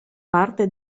parte